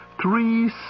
Three